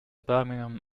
birmingham